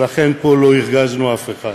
ולכן פה לא הרגזנו אף אחד.